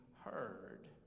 heard